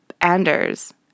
Anders